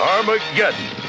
Armageddon